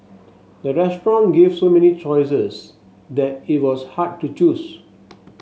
the restaurant gave so many choices that it was hard to choose